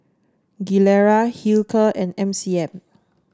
Gilera Hilker and M C M